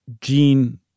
gene